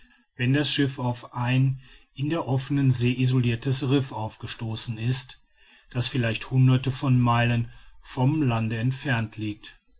wenn das schiff auf ein in der offenen see isolirtes riff aufgestoßen ist das vielleicht hunderte von meilen vom lande entfernt liegt